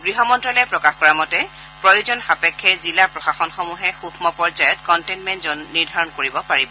গৃহ মন্তালয়ে প্ৰকাশ কৰা মতে প্ৰয়োজন সাপেক্ষে জিলা প্ৰশাসনসমূহে সুক্ম পৰ্যায়ত কণ্টেইনমেণ্ট জন নিৰ্ধাৰণ কৰিব পাৰিব